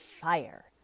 fire